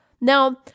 Now